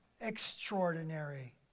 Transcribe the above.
extraordinary